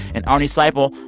and arnie seipel,